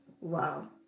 Wow